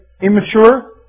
immature